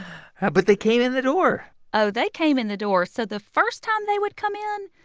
ah but they came in the door oh, they came in the door. so the first time they would come in,